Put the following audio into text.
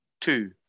two